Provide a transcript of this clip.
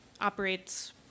operates